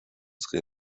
sri